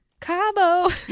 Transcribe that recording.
Cabo